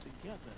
together